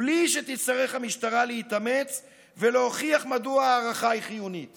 בלי שהמשטרה תצטרך להתאמץ ולהוכיח מדוע ההארכה היא חיונית